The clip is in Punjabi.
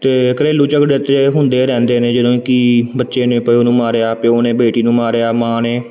ਅਤੇ ਘਰੇਲੂ ਝਗੜੇ ਤਾਂ ਹੁੰਦੇ ਰਹਿੰਦੇ ਨੇ ਜਿਵੇਂ ਕਿ ਬੱਚੇ ਨੇ ਪਿਓ ਨੂੰ ਮਾਰਿਆ ਪਿਓ ਨੇ ਬੇਟੀ ਨੂੰ ਮਾਰਿਆ ਮਾਂ ਨੇ